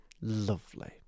Lovely